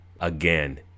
again